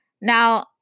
now